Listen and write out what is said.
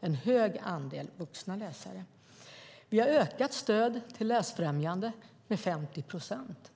en hög andel vuxna läsare. Vi har under vår tid ökat stödet till läsfrämjande med 50 procent.